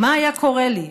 "מה היה קורה לי?